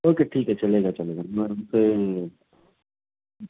okay ٹھیک ہے چلے گا چلے گا